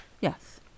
yes